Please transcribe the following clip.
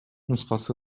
нускасы